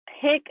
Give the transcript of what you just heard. pick